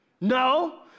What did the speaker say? no